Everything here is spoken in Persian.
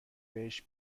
بهش